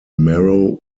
marrow